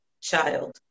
child